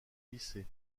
lycée